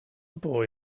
boy